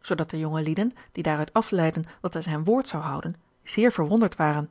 zoodat de jonge lieden die daaruit afleidden dat hij zijn woord zou houden zeer verwonderd waren